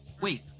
Wait